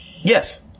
Yes